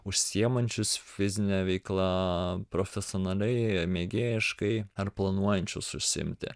užsiimančius fizine veikla profesionaliai mėgėjiškai ar planuojančius užsiimti